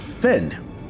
Finn